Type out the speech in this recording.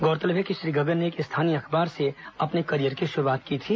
गौरतलब है कि श्री गगन ने एक स्थानीय अखबार से अपने कॅरियर की शुरूआत की थी